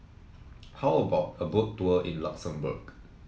how about a Boat Tour in Luxembourg